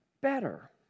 better